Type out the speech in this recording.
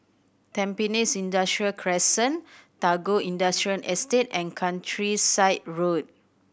Tampines Industrial Crescent Tagore Industrial Estate and Countryside Road